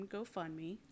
GoFundMe